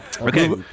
Okay